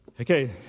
Okay